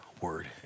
word